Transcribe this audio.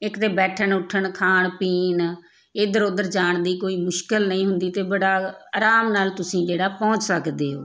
ਇੱਕ ਤਾਂ ਬੈਠਣ ਉੱਠਣ ਖਾਣ ਪੀਣ ਇੱਧਰ ਉੱਧਰ ਜਾਣ ਦੀ ਕੋਈ ਮੁਸ਼ਕਿਲ ਨਹੀਂ ਹੁੰਦੀ ਅਤੇ ਬੜਾ ਆਰਾਮ ਨਾਲ ਤੁਸੀਂ ਜਿਹੜਾ ਪਹੁੰਚ ਸਕਦੇ ਹੋ